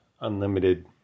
unlimited